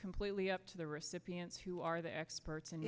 completely up to the recipients who are the experts